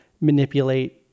manipulate